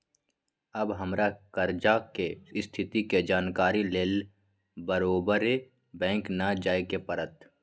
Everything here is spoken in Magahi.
अब हमरा कर्जा के स्थिति के जानकारी लेल बारोबारे बैंक न जाय के परत्